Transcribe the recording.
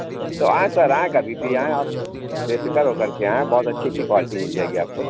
تو آئیں سر آئیں کبھی بھی آئیں آپ بے فکر ہو کر کے آئیں بہت اچھی اچھی کوالٹی مل جائے گی آپ کو